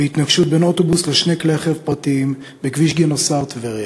בהתנגשות בין אוטובוס לשני כלי רכב פרטיים בכביש גינוסר טבריה.